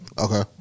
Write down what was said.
Okay